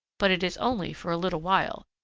but it is only for a little while.